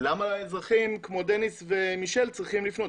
למה האזרחים כמו דניס ומישל צריכים לפעול?